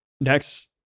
next